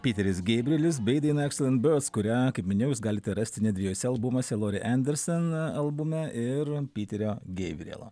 piteris geibrielisbei daina ekslant biods kurią minėjau jūs galite rasti net dviejuose albumuose lori enderson albume ir piterio geivrėlo